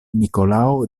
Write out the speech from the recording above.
nikolao